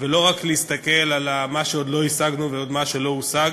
ולא רק להסתכל על מה שעוד לא השגנו ומה שעוד לא הושג.